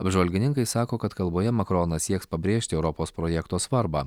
apžvalgininkai sako kad kalboje makronas sieks pabrėžti europos projekto svarbą